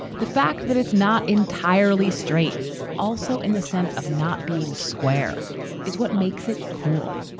the fact that it's not entirely straight also in the sense of not being square is what makes it cool.